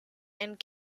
and